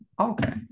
Okay